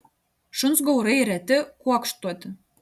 šuns gaurai reti kuokštuoti